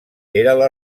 era